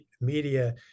media